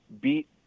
beat